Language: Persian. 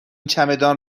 چمدان